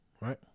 right